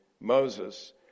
Moses